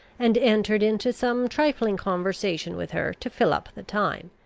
and entered into some trifling conversation with her to fill up the time,